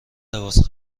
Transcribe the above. لباس